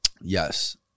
yes